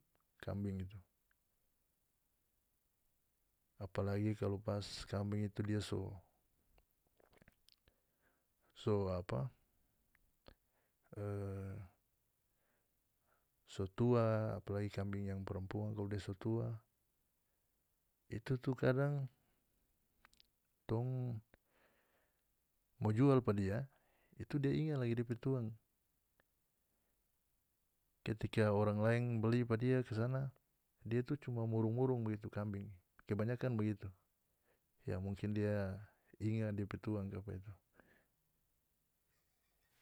Kambing itu apalagi kalu pas kambing itu dia so so apa e so tua apalagi kambing yang parampuang kalu dia so tua itu tu kadang tong mo jual pa dia itu dia inga lagi dia pe tuang ketika orang laeng beli pe dia kasana dia itu cuma murung-murung begitu kambing kebanyakan begitu ya mungkin dia inga dia pe tuang kapa.